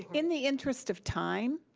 in the interest of time,